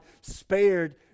spared